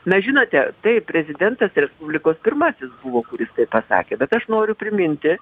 na žinote taip prezidentas respublikos pirmasis kuris tai pasakė bet aš noriu priminti